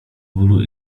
bólu